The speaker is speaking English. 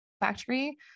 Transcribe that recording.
factory